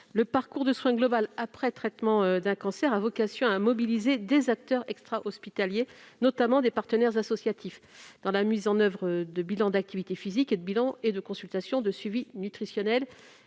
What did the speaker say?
le parcours de soins global après traitement d'un cancer a vocation à mobiliser des acteurs extrahospitaliers, notamment des partenaires associatifs, pour réaliser des bilans d'activité physique, ainsi que des consultations de suivi nutritionnel